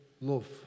love